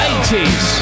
80s